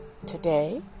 Today